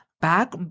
back